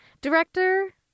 Director